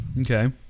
Okay